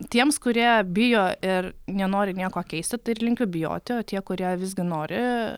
tiems kurie bijo ir nenori nieko keisti tai ir linkiu bijoti o tie kurie visgi nori